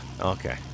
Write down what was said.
Okay